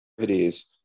activities